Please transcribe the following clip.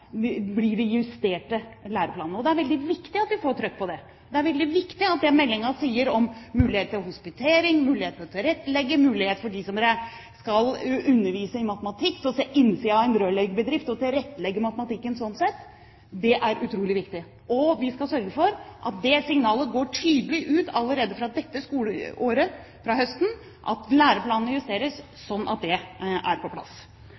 veldig viktig at vi får «trøkk» på det. Det er veldig viktig det meldingen sier om mulighet til hospitering, mulighet til å tilrettelegge, mulighet for dem som skal undervise i matematikk til å se innsiden av en rørleggerbedrift – det er utrolig viktig å tilrettelegge matematikken sånn sett. Vi skal sørge for at det signalet går tydelig ut allerede fra dette skoleåret – at fra høsten justeres læreplanene – sånn at det er på plass.